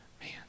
man